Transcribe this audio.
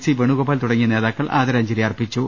C Venugopal തുടങ്ങിയ നേതാക്കൾ ആദരാഞ്ജലി അർപ്പിച്ചു